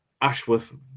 Ashworth